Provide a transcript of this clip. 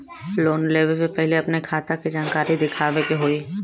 Loan लेवे से पहिले अपने खाता के जानकारी दिखावे के होई?